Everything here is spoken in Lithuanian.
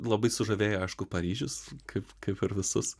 labai sužavėjo aišku paryžius kaip kaip ir visus